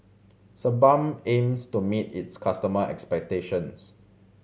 Sebamed aims to meet its customer expectations